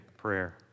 prayer